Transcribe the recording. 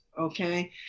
okay